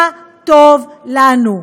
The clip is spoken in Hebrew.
מה טוב לנו.